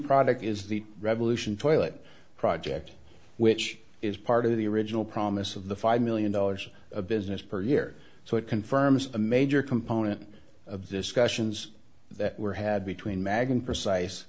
product is the revolution toilet project which is part of the original promise of the five million dollars of business per year so it confirms a major component of the discussions that were had between magen precise